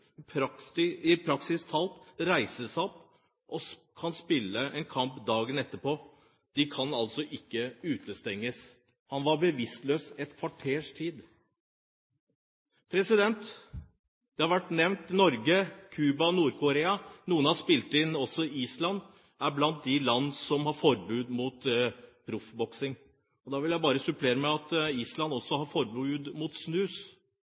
– i praksis kunne reise seg opp og spille kamp dagen etter. De kan altså ikke utestenge ham – og han var bevisstløs et kvarters tid! Det har vært nevnt at Norge, Cuba og Nord-Korea – noen har spilt inn også Island – er blant de land som har forbud mot proffboksing. Da vil jeg bare supplere med at Island også har forbud mot snus.